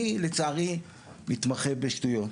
אני לצערי מתמחה בשטויות,